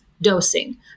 dosing